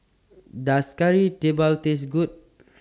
Does Kari Debal Taste Good